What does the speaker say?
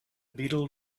beetle